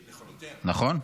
נכון?